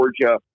Georgia